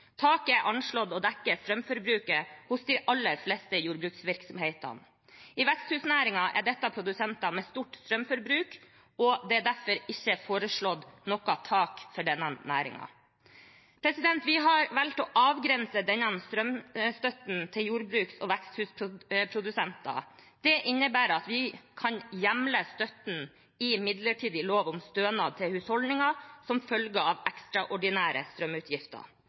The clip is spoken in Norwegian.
Taket er anslått å dekke strømforbruket hos de aller fleste jordbruksvirksomhetene. I veksthusnæringen er dette produsenter med stort strømforbruk, og det er derfor ikke foreslått noe tak for denne næringen. Vi har valgt å avgrense denne strømstøtten til jordbruks- og veksthusprodusenter. Det innebærer at vi kan hjemle støtten i midlertidig lov om stønad til husholdninger som følge av ekstraordinære strømutgifter,